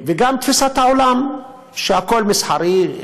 וגם תפיסת העולם שהכול מסחרי,